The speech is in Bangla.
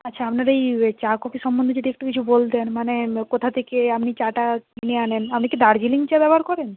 আচ্ছা আপনার এই চা কফি সম্বন্ধে যদি একটু কিছু বলতেন মানে কোথা থেকে আপনি চাটা কিনে আনেন আপনি কি দার্জিলিং চা ব্যবহার করেন